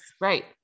Right